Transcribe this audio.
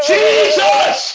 Jesus